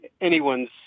anyone's